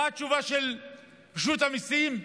מה התשובה של רשות המיסים?